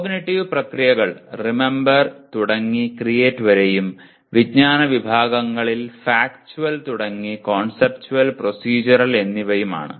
cognitive പ്രക്രിയകൾ remember തുടങ്ങി create വരെയും വിജ്ഞാന വിഭാഗങ്ങൾ ഫാക്ട്വൽ കോൺസെപ്റ്റുവൽ പ്രോസെഡ്യൂറൽ എന്നിവയും ആണ്